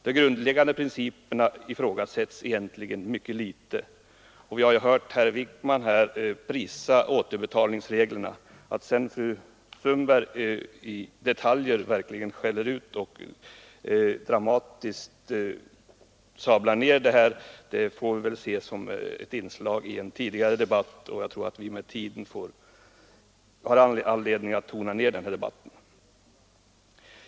De grundläggande principerna ifrågasätts egentligen mycket litet, och vi har hört herr Wijkman prisa återbetalningsreglerna. Att sedan fru Sundberg i detaljer verkligen skäller ut och dramatiskt sablar ned detta får vi väl se som ett inslag i en tidigare påbörjad debatt, som jag tror att vi med tiden har anledning att tona ned.